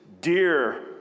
dear